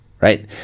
right